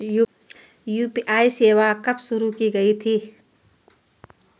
UPI सेवा कब शुरू की गई थी?